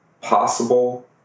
possible